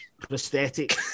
prosthetic